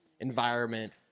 environment